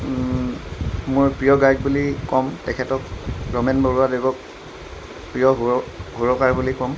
মোৰ প্ৰিয় গায়ক বুলি ক'ম তেখেতক ৰমেন বৰুৱা দেৱক প্ৰিয় সুৰ সুৰকাৰ বুলি ক'ম